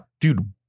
Dude